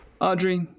Audrey